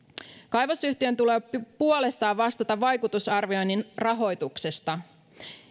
kaivosyhtiön tulee puolestaan vastata vaikutusarvioinnin rahoituksesta